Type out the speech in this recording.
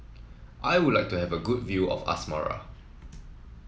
I would like to have a good view of Asmara